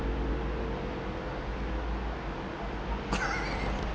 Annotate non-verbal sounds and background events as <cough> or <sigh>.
<laughs>